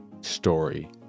story